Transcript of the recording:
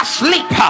sleep